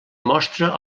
mostra